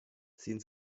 sehen